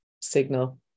signal